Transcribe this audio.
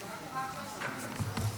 חבריי חברי הכנסת,